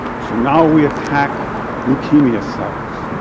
so now we attack leukemia cells.